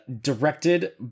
directed